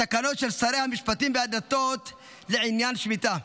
תקנות של שר המשפטים ושר הדתות לעניין שמיטה.